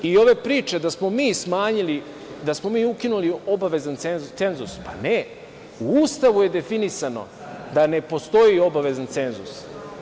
I ove priče da smo mi smanjili, da smo mi ukinuli obavezan cenzus, pa ne, u Ustavu je definisano da ne postoji obavezan cenzus.